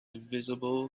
invisible